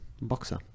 boxer